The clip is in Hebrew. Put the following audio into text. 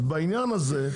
בעניין הזה,